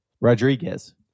Rodriguez